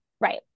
Right